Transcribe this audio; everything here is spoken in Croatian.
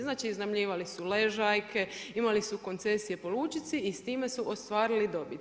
Znači iznajmljivali su ležaljke, imali su koncesije po lučici i s time su ostvarili dobit.